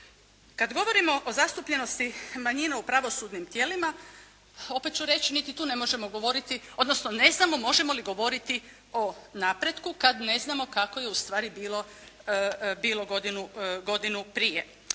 Kad govorimo o zastupljenosti manjina u pravosudnim tijelima opet ću reći niti tu ne možemo govoriti odnosno ne znamo možemo li govoriti o napretku kad ne znamo kako je ustvari bilo godinu prije.